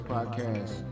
Podcast